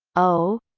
o